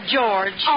George